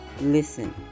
listen